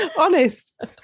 honest